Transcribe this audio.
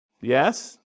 Yes